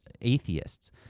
atheists